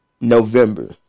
November